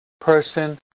person